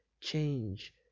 change